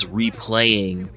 replaying